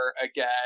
again